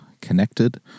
Connected